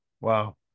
wow